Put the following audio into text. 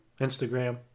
Instagram